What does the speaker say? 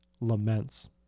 laments